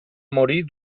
morir